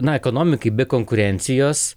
na ekonomikai be konkurencijos